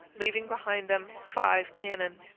leaving behind them five cannon.